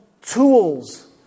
tools